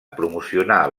promocionar